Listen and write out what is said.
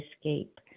escape